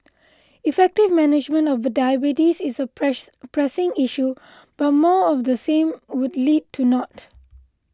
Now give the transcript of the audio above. effective management of diabetes is a press pressing issue but more of the same would lead to naught